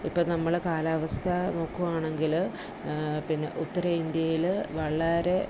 ഇപ്പോൾ നമ്മൾ കാലാവസ്ഥ നോക്കുവാണെങ്കിൽ പിന്നെ ഉത്തരേന്ത്യേൽ വളരെ